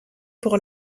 pour